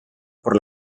por